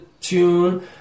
tune